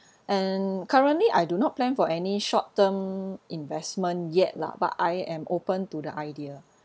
and currently I do not plan for any short term investment yet lah but I am open to the idea